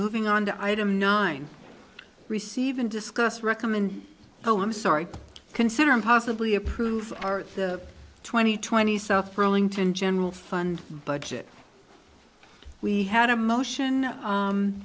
moving on to item nine receive and discuss recommend oh i'm sorry i consider impossibly a proof are the twenty twenty south burlington general fund budget we had a motion